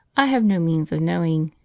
i have no means of knowing.